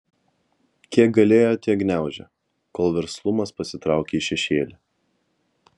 kiek galėjo tiek gniaužė kol verslumas pasitraukė į šešėlį